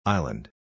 Island